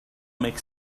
make